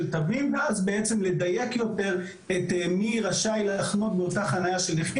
תווים ואז לדייק יותר מי רשאי להחנות באותה חניה של נכים.